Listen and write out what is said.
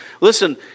Listen